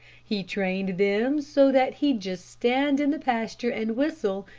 he trained them so that he'd just stand in the pasture and whistle,